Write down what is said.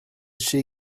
she